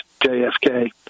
JFK